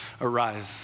arise